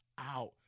out